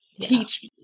teach